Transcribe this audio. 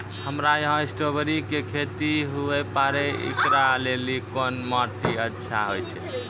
हमरा यहाँ स्ट्राबेरी के खेती हुए पारे, इकरा लेली कोन माटी अच्छा होय छै?